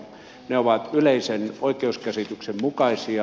ne ovat yleisen oikeuskäsityksen mukaisia